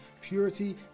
purity